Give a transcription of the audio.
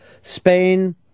Spain